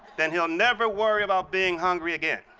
then he'll never worry about being hungry again.